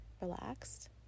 relaxed